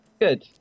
good